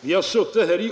Vi har suttit här i